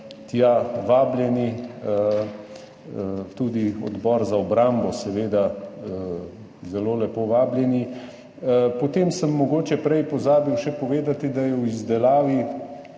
tja vabljeni, tudi Odbor za obrambo, zelo lepo vabljeni. Prej sem mogoče še pozabil povedati, da je v izdelavi